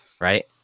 right